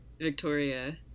victoria